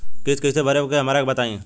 किस्त कइसे भरेम हमरा के बताई?